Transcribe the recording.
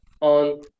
on